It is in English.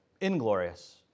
inglorious